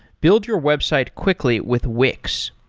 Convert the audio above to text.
build your website quickly with wix.